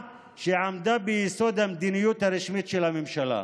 שעמדה ביסוד המדיניות הרשמית של הממשלה.